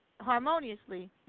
harmoniously